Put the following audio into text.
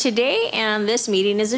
today and this meeting